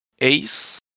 ace